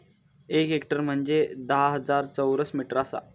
एक हेक्टर म्हंजे धा हजार चौरस मीटर आसा